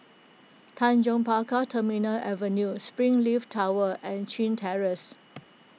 Tanjong Pagar Terminal Avenue Springleaf Tower and Chin Terrace